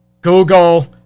Google